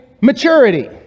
maturity